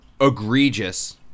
egregious